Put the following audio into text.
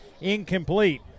Incomplete